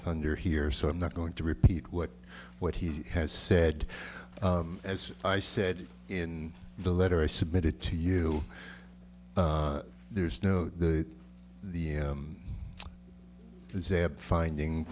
thunder here so i'm not going to repeat what what he has said as i said in the letter i submitted to you there is no to the zab finding